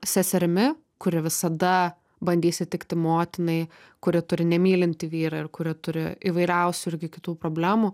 seserimi kuri visada bandys įtikti motinai kuri turi nemylintį vyrą ir kuri turi įvairiausių irgi kitų problemų